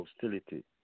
hostility